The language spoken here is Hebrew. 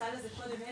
התייחסה לזה קודם אתי,